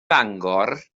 fangor